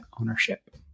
ownership